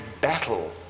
battle